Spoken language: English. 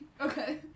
okay